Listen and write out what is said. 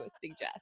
suggest